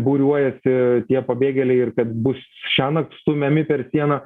būriuojasi tie pabėgėliai ir kad bus šiąnakt stumiami per sieną